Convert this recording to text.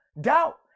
doubt